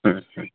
হুম হুম